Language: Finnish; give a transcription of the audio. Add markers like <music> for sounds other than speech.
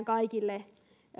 <unintelligible> kaikille